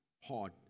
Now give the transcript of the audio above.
hard